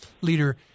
leader